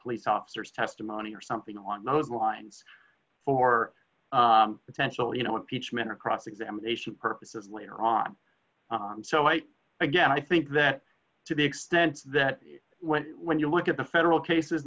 police officer's testimony or something along those lines for potential you know impeachment or cross examination purposes later on so i again i think that to be extend that when when you look at the federal cases